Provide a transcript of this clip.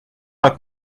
pas